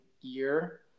year